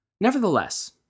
Nevertheless